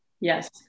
Yes